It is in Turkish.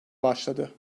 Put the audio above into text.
başladı